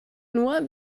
nur